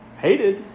hated